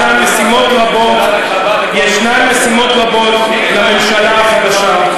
יש משימות רבות לממשלה החדשה.